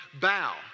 bow